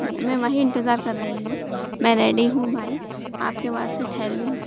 ٹھیک ہے میں وہیں انتظار کر رہی ہوں میں ریڈی ہوں بھائی آپ کے واسطے ٹھہرے ہوئے ہوں